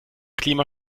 klima